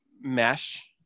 mesh